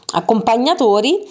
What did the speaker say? accompagnatori